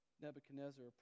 Nebuchadnezzar